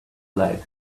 life